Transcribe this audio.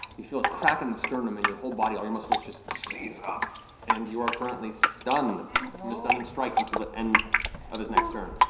you feel a crack in the sternum and your whole body, all your muscles just seize up and you are currently stunned from a stunning strike until the end of his next turn.